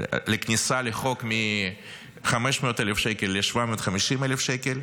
לכניסה לחוק מ-500,000 שקל ל-750,000 שקל,